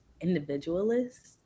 individualist